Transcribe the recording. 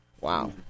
wow